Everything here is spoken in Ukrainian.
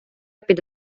під